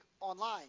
online